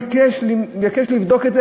ביקש לבדוק את זה,